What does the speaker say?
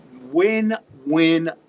win-win